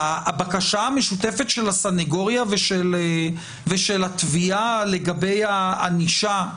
הבקשה המשותפת של הסנגוריה ושל התביעה לגבי הענישה,